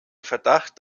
verdacht